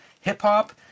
hip-hop